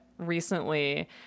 recently